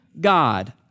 God